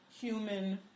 human